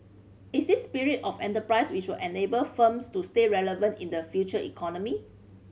is this spirit of enterprise which will enable firms to stay relevant in the future economy